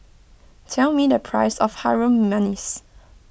tell me the price of Harum Manis